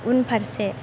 उनफारसे